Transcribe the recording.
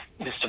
Mr